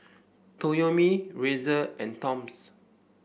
Toyomi Razer and Toms